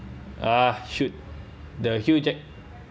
uh should the hugh jack